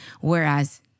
Whereas